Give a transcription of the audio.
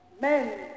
men